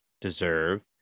deserve